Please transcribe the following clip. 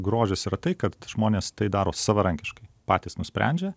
grožis yra tai kad žmonės tai daro savarankiškai patys nusprendžia